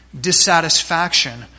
dissatisfaction